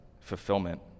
fulfillment